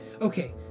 okay